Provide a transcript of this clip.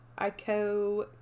Aiko